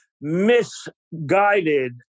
misguided